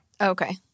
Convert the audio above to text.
okay